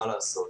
מה לעשות.